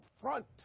front